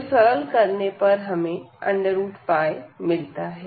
जो सरल करने पर हमें मिलता है